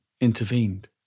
intervened